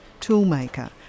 toolmaker